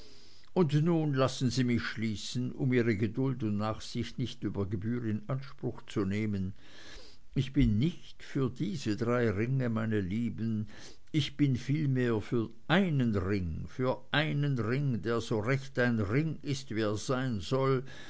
und nun lassen sie mich schließen um ihre geduld und nachsicht nicht über gebühr in anspruch zu nehmen ich bin nicht für diese drei ringe meine lieben ich bin vielmehr für einen ring für einen ring der so recht ein ring ist wie er sein soll